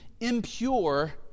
impure